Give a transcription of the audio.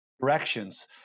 directions